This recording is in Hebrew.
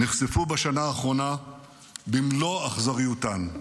נחשפו בשנה האחרונה במלוא אכזריותן.